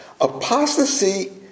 Apostasy